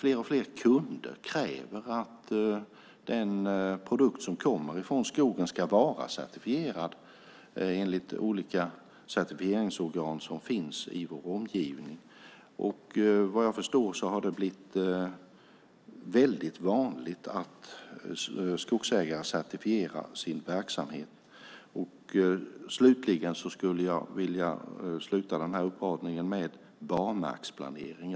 Fler och fler kunder kräver att den produkt som kommer från skogen ska vara certifierad enligt olika certifieringsorgan som finns i vår omgivning. Vad jag förstår har det blivit vanligt att skogsägare certifierar sin verksamhet. Jag vill avsluta uppradningen med barmarksplaneringen.